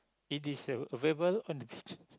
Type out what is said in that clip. it is a available on the beach